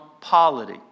polity